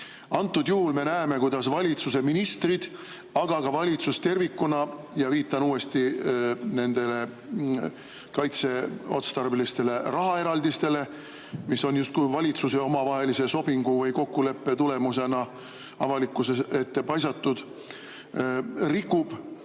Antud juhul me näeme, kuidas valitsuse ministrid, aga ka valitsus tervikuna – viitan uuesti nendele kaitseotstarbelistele rahaeraldistele, mis on justkui valitsuse omavahelise sobingu või kokkuleppe tulemusena avalikkuse ette paisatud – rikub